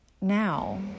now